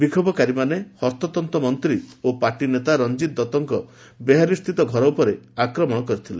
ବିକ୍ଷୋଭକାରୀମାନେ ହସ୍ତତ୍ତ ମନ୍ତ୍ରୀ ଓ ପାର୍ଟି ନେତା ରଞ୍ଜିତ ଦଉଙ୍କ ବେହାଲିସ୍ଥିତ ଘର ଉପରେ ଆକ୍ରମଣ କରିଥିଲେ